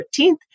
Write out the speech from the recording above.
14th